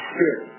Spirit